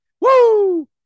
Woo